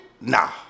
Nah